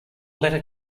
letter